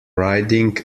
riding